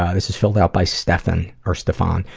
ah this is filled out by stefan, or ste-fan,